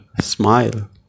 Smile